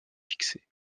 fixée